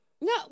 No